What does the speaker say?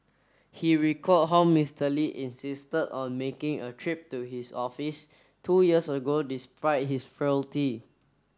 he recalled how Mister Lee insisted on making a trip to his office two years ago despite his